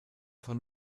von